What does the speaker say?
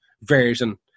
version